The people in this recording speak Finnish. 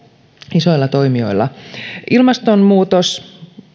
isoilla toimijoilla ilmastonmuutos